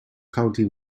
county